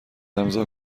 امضاء